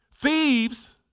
thieves